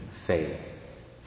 faith